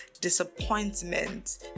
disappointment